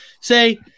say